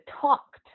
talked